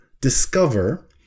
discover